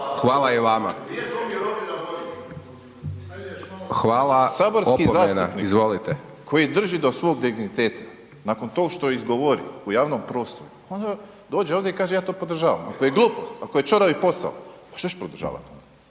hvala i vama. Hvala, opomena. **Borić, Josip (HDZ)** Saborski zastupnik koji drži do svog digniteta nakon tog što izgovori u javnom prostoru, onda dođe ovdje i kaže ja to podržavam, ali to je glupost, to je ćoravi posao. Što ćeš podržavati?